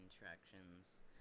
interactions